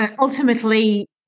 ultimately